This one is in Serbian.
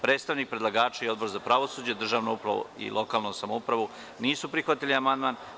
Predstavnik predlagača i Odbor za pravosuđe, državnu upravu i lokalnu samoupravu nisu prihvatili amandman.